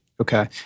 Okay